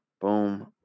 boom